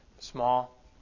Small